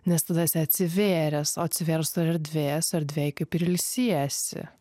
nes tada esi atsivėręs o atsivėrus turi erdvės erdvėj kaip ilsiesi tai